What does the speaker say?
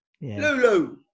Lulu